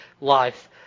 life